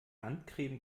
handcreme